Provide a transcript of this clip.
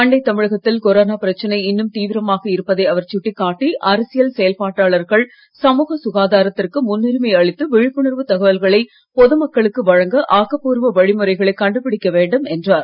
அண்டைத் தமிழகத்தில் கொரோனா பிரச்சனை இன்னும் தீவிரமாக இருப்பதை அவர் சூட்டிக் காட்டி அரசியல் செயல்பாட்டாளர்கள் சமூக சுகாதாரத்திற்கு முன்னுரிமை அளித்து விழிப்புணர்வு தகவல்களை பொது மக்களுக்கு வழங்க ஆக்கப்பூர்வ வழிமுறைகளை கண்டுபிடிக்க வேண்டும் என்றார்